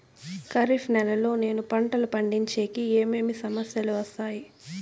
ఖరీఫ్ నెలలో నేను పంటలు పండించేకి ఏమేమి సమస్యలు వస్తాయి?